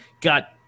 got